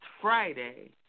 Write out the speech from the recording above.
Friday